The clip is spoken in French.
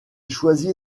choisit